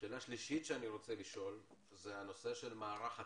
שאלה שלישית שאני רוצה לשאול היא בנושא מערך הת"ש.